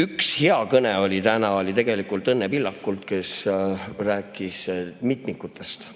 Üks hea kõne oli täna oli Õnne Pillakult, kes rääkis mitmikutest.